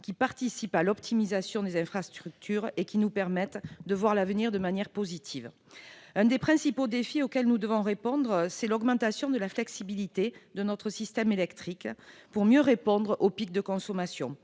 qui contribuent à optimiser les infrastructures et, partant, nous permettent d'envisager l'avenir de manière positive. Un des principaux défis auxquels nous devons répondre est l'augmentation de la flexibilité de notre système électrique pour mieux répondre aux pics de consommation.